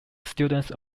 students